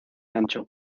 ancho